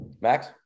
Max